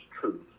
truth